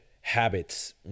habits